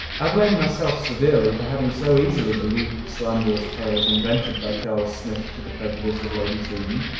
i blame myself severely for having so easily believed the slanderous tales invented by charles smith to the prejudice of lady susan,